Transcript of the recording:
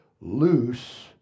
loose